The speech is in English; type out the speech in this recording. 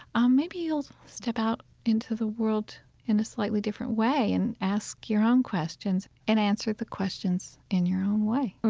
um maybe you'll step out into the world in a slightly different way and ask your own questions and answer the questions in your own way